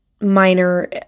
minor